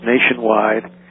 nationwide